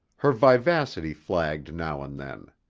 her vivacity flagged now and then.